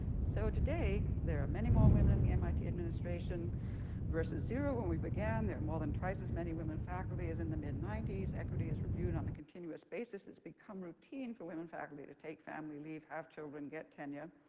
so today there are many more women in the mit administration versus zero when we began. there are more than twice as many women faculty as in the mid ninety s. equity is reviewed on a continuous basis. it's become routine for women faculty to take family leave, have children, get tenure.